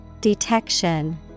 detection